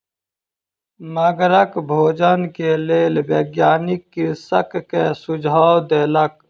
मगरक भोजन के लेल वैज्ञानिक कृषक के सुझाव देलक